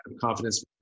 confidence